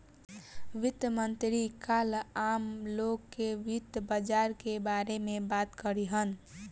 वित्त मंत्री काल्ह आम लोग से वित्त बाजार के बारे में बात करिहन